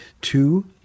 Two